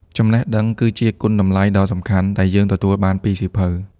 ចំណេះដឹង គឺជាគុណតម្លៃដ៏សំខាន់ដែលយើងទទួលបានពីសៀវភៅ។